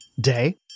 day